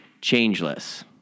changeless